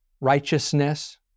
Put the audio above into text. righteousness